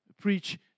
preach